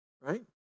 Right